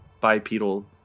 Bipedal